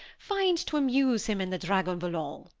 find to amuse him in the dragon volant?